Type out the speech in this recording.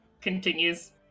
continues